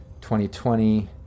2020